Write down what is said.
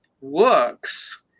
works